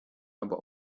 aber